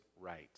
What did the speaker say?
right